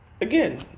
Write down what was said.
Again